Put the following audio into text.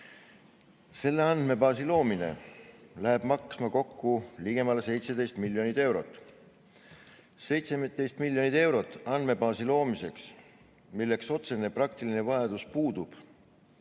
Selle andmebaasi loomine läheb maksma kokku ligemale 17 miljonit eurot. 17 miljonit eurot andmebaasi loomiseks, milleks otsene praktiline vajadus puudub